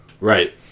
Right